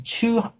two